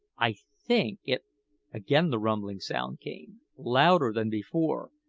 i think it again the rumbling sound came, louder than before,